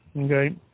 okay